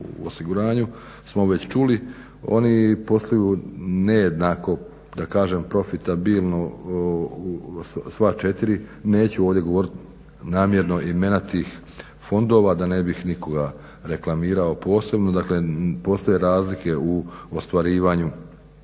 u osiguranju smo već čuli oni posluju nejednako da kažem profitabilno sva četiri. Neću ovdje govoriti namjerno imena tih fondova da ne bih nikoga reklamirao posebno. Dakle, postoje razlike u ostvarivanju